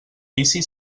vici